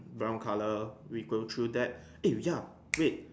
brown color we go through that eh ya wait